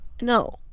No